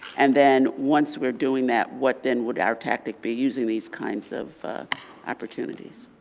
and then once we're doing that what then would our tactic be using these kinds of opportunities?